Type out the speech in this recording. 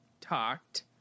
talked